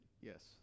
Yes